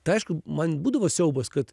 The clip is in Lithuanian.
tai aišku man būdavo siaubas kad